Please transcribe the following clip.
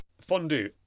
Fondue